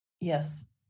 Yes